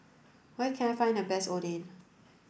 where can I find the best Oden